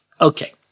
Okay